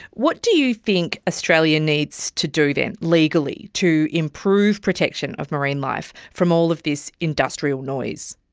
what do you think australia needs to do then legally to improve protection of marine life from all of this industrial noise?